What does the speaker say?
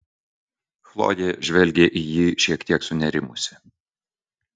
chlojė žvelgė į jį šiek tiek sunerimusi